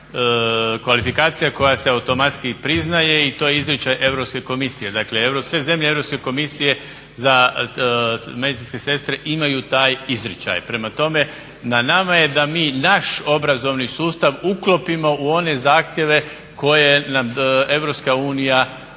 je kvalifikacija koja se automatski priznaje i to je izričaj Europske komisije, dakle sve zemlje Europske komisije za medicinske sestre imaju taj izričaj. Prema tome na nama je da naš obrazovni sustav uklopimo u one zahtjeve koje nam EU nameće.